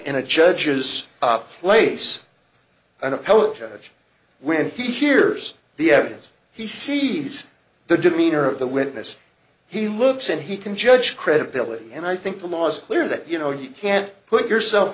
judge when he hears the evidence he sees the demeanor of the witness he looks and he can judge credibility and i think the law's clear that you know you can't put yourself